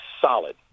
solid